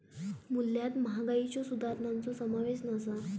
मूल्यात महागाईच्यो सुधारणांचो समावेश नसा